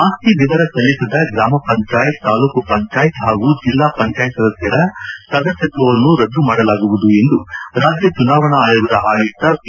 ಆಸ್ತಿ ವಿವರ ಸಲ್ಲಿಸದ ಗ್ರಾಮ ಪಂಚಾಯತ್ ತಾಲೂಕು ಪಂಚಾಯತ್ ಹಾಗೂ ಜಿಲ್ಲಾ ಪಂಚಾಯತ್ ಸದಸ್ಯರ ಸದಸ್ಕತ್ವವನ್ನು ರದ್ದು ಮಾಡಲಾಗುವುದು ಎಂದು ರಾಜ್ಯ ಚುನಾವಣಾ ಆಯೋಗದ ಆಯುಕ್ತ ಪಿ